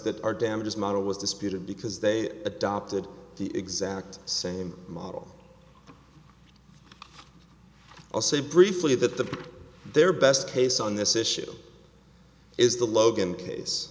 that our damages model was disputed because they adopted the exact same model a say briefly that the their best case on this issue is the logan case